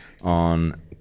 on